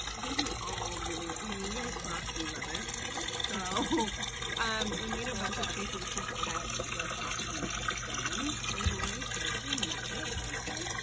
i think we all really, i mean we are swarovski lovers here. so um we made a bunch of pieces to set the swarovski stones in jewelry, so this is a necklace that was done.